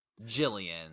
Jillian